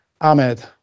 Ahmed